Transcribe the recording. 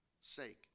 sake